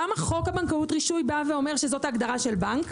למה חוק הבנקאות (רישוי) אומר שזאת ההגדרה של בנק?